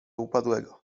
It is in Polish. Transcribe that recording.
upadłego